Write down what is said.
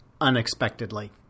unexpectedly